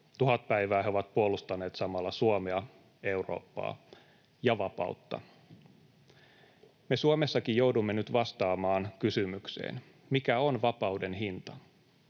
Tuhat päivää he ovat puolustaneet samalla Suomea, Eurooppaa ja vapautta. Me Suomessakin joudumme nyt vastaamaan kysymykseen, mikä on vapauden hinta.